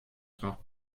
tra